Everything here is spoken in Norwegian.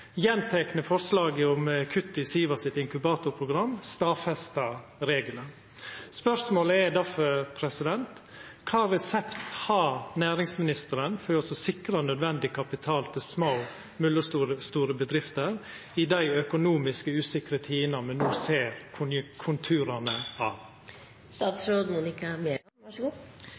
inkubatorprogram stadfestar regelen. Spørsmålet er difor: Kva resept har næringsministeren for å sikra nødvendig kapital til små og mellomstore bedrifter i dei økonomisk usikre tidene me no ser konturane av?